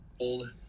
old